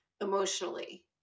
emotionally